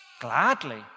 gladly